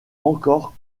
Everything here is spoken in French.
encore